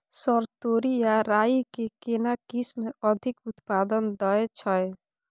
Sir तोरी आ राई के केना किस्म अधिक उत्पादन दैय छैय?